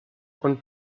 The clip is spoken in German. und